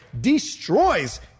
Destroys